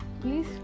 please